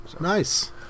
Nice